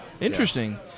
Interesting